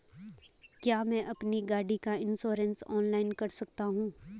क्या मैं अपनी गाड़ी का इन्श्योरेंस ऑनलाइन कर सकता हूँ?